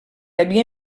havia